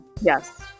Yes